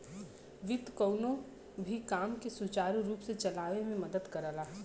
वित्त कउनो भी काम के सुचारू रूप से चलावे में मदद करला